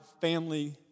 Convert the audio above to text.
family